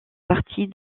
partie